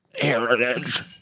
heritage